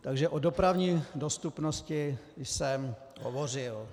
Takže o dopravní dostupnosti jsem hovořil.